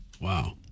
Wow